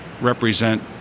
represent